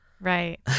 Right